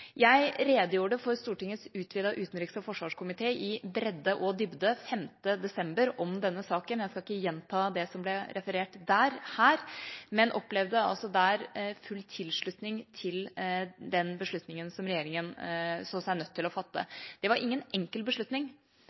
Jeg redegjorde for denne saken, i bredde og dybde, for Stortingets utvidede utenriks- og forsvarskomité 5. desember. Jeg skal ikke gjenta det som ble referert der, her, men opplevde full tilslutning til den beslutningen som regjeringa så seg nødt til å fatte. Det var ingen enkel beslutning.